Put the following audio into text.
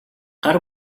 гар